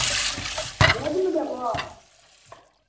भेज ने देबह